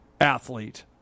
athlete